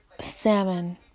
Salmon